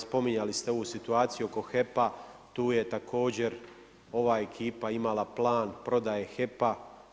Spominjali ste ovu situaciju oko HEP-a tu je također ova ekipa imala plan prodaje HEP-a.